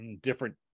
different